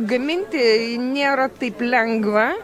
gaminti nėra taip lengva